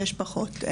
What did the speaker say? שיש פחות.